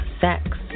Sex